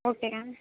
ஓகேங்க